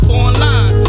online